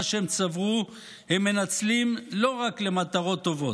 שהם צברו הם מנצלים לא רק למטרות טובות.